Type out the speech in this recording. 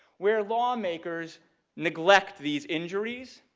where lawmakers neglect these injuries,